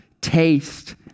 taste